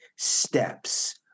Steps